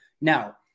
now